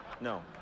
No